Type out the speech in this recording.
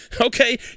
Okay